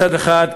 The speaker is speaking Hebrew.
מצד אחד,